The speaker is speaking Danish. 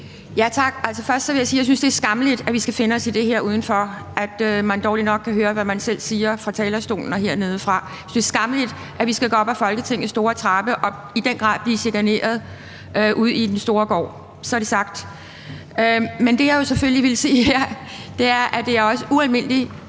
Tak. Først vil jeg sige, at jeg synes, det er skammeligt, at vi skal finde os i det her udenfor. Man kan dårligt nok høre, hvad man selv siger fra talerstolen og hernede fra salen. Jeg synes, det er skammeligt, at vi skal gå op ad Folketingets store trappe og i den grad blive chikaneret ude i den store gård. Så er det sagt. Men det, jeg selvfølgelig vil sige her, er, at det også er ualmindelig